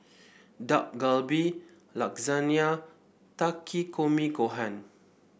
Dak Galbi Lasagne Takikomi Gohan